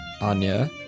Anya